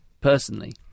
personally